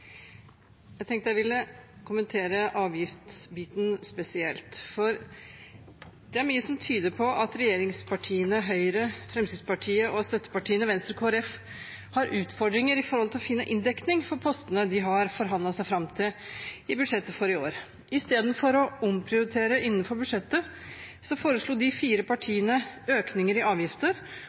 Jeg tenkte jeg ville kommentere avgiftsbiten spesielt. Det er mye som tyder på at regjeringspartiene Høyre, Fremskrittspartiet og støttepartiene Venstre og Kristelig Folkeparti har utfordringer når det gjelder å finne inndekning for postene de har forhandlet seg fram til i budsjettet for i år. Istedenfor å omprioritere innenfor budsjettet foreslår de fire partiene økninger i avgifter